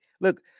Look